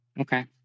Okay